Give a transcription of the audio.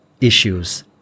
issues